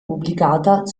pubblicata